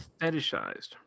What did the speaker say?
fetishized